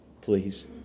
Please